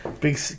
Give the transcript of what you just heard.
big